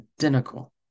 identical